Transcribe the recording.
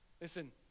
Listen